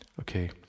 Okay